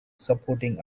supporting